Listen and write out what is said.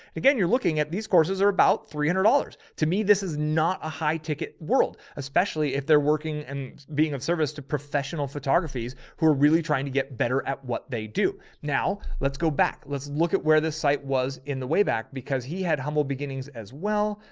again, you're looking at these courses are about three and hundred dollars to me. this is not a high ticket world, especially if they're working and being of service to professional photographies who are really trying to get better at what they do. now, let's go back. let's look at where this site was in the way back because he had humble beginnings as well.